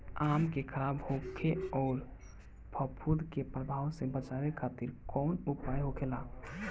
आम के खराब होखे अउर फफूद के प्रभाव से बचावे खातिर कउन उपाय होखेला?